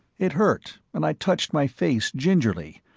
it hurt, and i touched my face gingerly,